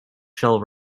shall